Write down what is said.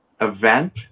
event